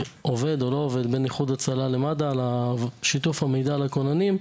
עובד או לא עובד בין איחוד הצלה למד"א על שיתוף המידע לכוננים,